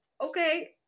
okay